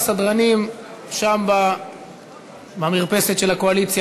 הסדרנים שם במרפסת של הקואליציה,